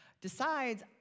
decides